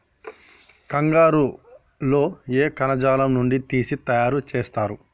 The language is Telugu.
కంగారు లో ఏ కణజాలం నుండి తీసి తయారు చేస్తారు?